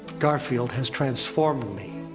garfield has transformed me.